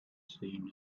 seen